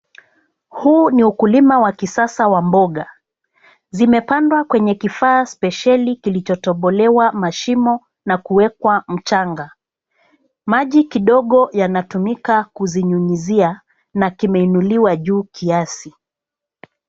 Huu ni ukulima wa kisasa wa mboga, zimepandwa kwenye kifaa spesheli kilichotobolewa mashimo na kuwekwa mchanga. Maji kidogo yanatumika kuzinyunyuzia na kimeinuliwa juu kiasi.